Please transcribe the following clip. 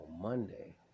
Monday